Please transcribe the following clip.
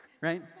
right